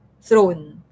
throne